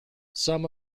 some